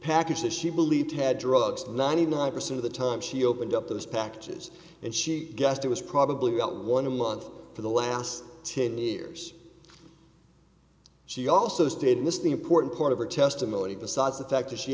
package that she believed had drugs ninety nine percent of the time she opened up those packages and she guessed it was probably about one a month for the last ten years she also stated this the important part of her testimony besides the fact that she